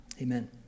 amen